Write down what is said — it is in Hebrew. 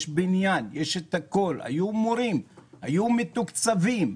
יש בניין, היו מורים, היו מתוקצבים.